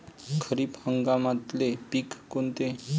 खरीप हंगामातले पिकं कोनते?